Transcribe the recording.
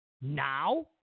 now